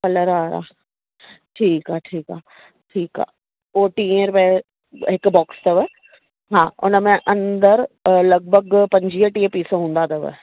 colour वारा ठीकु आहे ठीकु आहे ठीकु आहे पोइ टीह रुपए हिकु बॉक्स अथव हा हुनमें अंदरु लॻभॻि पंजवीहु टीह पीस हूंदा अथव